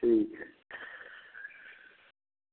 ठीक है